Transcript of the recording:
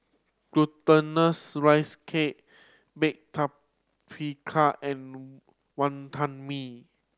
Glutinous Rice Cake baked tapioca and Wantan Mee